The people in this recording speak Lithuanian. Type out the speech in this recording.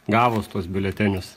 gavus tuos biuletenius